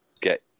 get